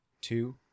two